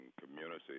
community